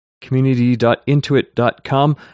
community.intuit.com